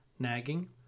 nagging